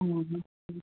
हा हा हा